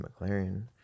McLaren